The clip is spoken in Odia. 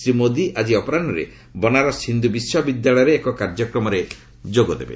ଶ୍ରୀ ମୋଦି ଆଜି ଅପରାହ୍ନରେ ବନାରସ ହିନ୍ଦୁ ବିଶ୍ୱବିଦ୍ୟାଳୟରେ ଏକ କାର୍ଯ୍ୟକ୍ରମରେ ଯୋଗଦେବେ